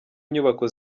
nyubako